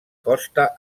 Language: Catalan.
costa